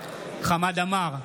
חמד עמאר,